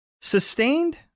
sustained